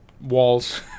walls